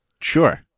Sure